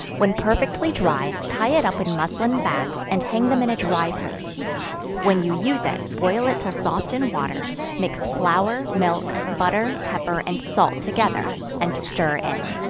when perfectly dry, tie it up in muslin bags, and hang them in a dry place when you use it, boil it till soft in water mix flour, milk, butter, pepper and salt together, and stir in.